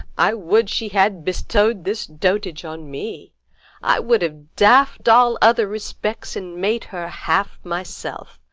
i would she had bestowed this dotage on me i would have daffed all other respects and made her half myself.